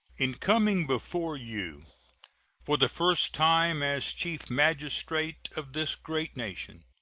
in coming before you for the first time as chief magistrate of this great nation,